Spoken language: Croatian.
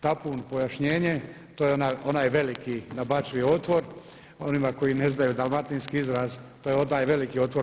Tapun, pojašnjenje, to je onaj veliki na bačvi otvor, onima koji ne znaju dalmatinski izraz, to je onaj veliki otvor.